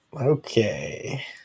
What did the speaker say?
Okay